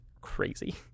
crazy